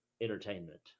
entertainment